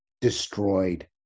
destroyed